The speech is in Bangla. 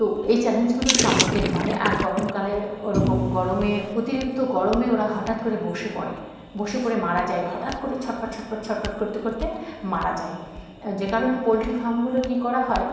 তো এই চ্যালেঞ্জগুলোর সম্মুখীন হয় আর গরমকালে ওরকম গরমে অতিরিক্ত গরমে ওরা হঠাৎ করে বসে পড়ে বসে পড়ে মারা যায় হঠাৎ করে ছটপট ছটপট ছটপট করতে করতে মারা যায় যে কারণে পোলট্রি ফার্মগুলো কী করা হয়